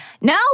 No